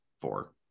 four